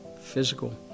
physical